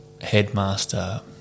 headmaster